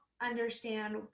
Understand